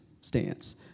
Stance